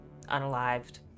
unalived